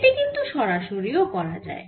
এটি কিন্তু সরাসরি ও করা যায়